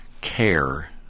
care